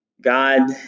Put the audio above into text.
God